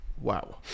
Wow